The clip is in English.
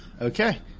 okay